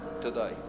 today